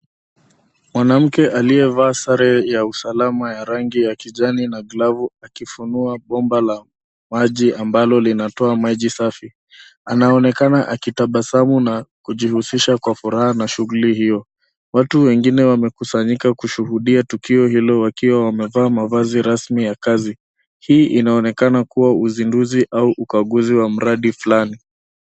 Mwanamke aliyevaa sare ya usalama ya rangi ya kijani na glavu akifungua bomba la maji ambalo linatoa maji safi. Anaonekana akitabasamu na kujihusisha kwa furaha na shughuli hiyo. Watu wengine wamekusanyika kushuhudia tukio hilo wakiwa wamevaa mavazi rasmi ya kazi. Hii inaonekana kuwa uzinduzi au ukaguzi wa mradi flani.